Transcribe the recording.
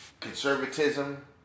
conservatism